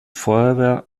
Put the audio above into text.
feuerwehr